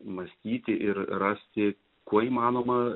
mąstyti ir rasti kuo įmanoma